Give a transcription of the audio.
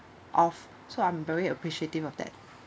of so I'm really appreciative of that